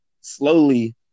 slowly